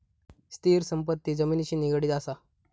स्थिर संपत्ती जमिनिशी निगडीत असा